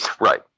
Right